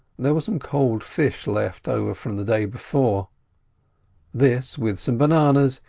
there was some cold fish left over from the day before this, with some bananas,